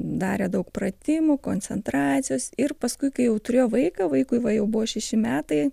darė daug pratimų koncentracijos ir paskui kai jau turėjo vaiką vaikui va jau buvo šeši metai